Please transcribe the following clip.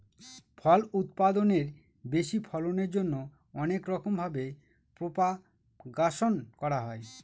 ফল উৎপাদনের বেশি ফলনের জন্যে অনেক রকম ভাবে প্রপাগাশন করা হয়